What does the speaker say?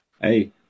hey